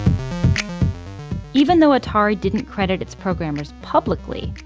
even though atari didn't credit its programmers publicly,